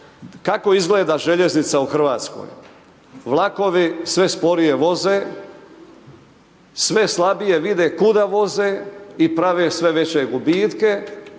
kako izgleda željeznica u Hrvatskoj, vlakovi sve sporije voze, sve slabije vide kuda voze i prave sve veće gubitke